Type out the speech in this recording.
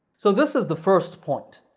so, this is the first point.